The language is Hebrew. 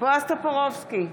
בועז טופורובסקי,